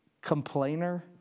Complainer